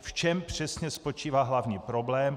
V čem přesně spočívá hlavní problém?